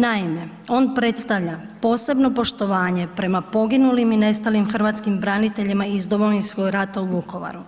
Naime, on predstavlja posebno poštovanje prema poginulim i nestalim hrvatskim braniteljima iz Domovinskog rata u Vukovaru